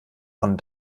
von